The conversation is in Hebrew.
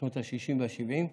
בשנות השישים והשבעים,